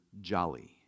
jolly